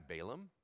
Balaam